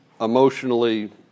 emotionally